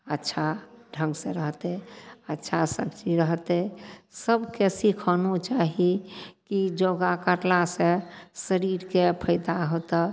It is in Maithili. अच्छा ढङ्गसँ रहतइ अच्छा सब चीज रहतय सबके सीखनो चाही कि योगा करलासँ शरीरके फायदा होतय